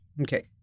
Okay